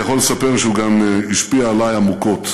אני יכול לספר שהוא השפיע גם עלי עמוקות.